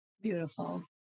Beautiful